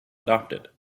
adopted